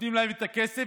נותנים להם את הכסף,